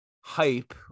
hype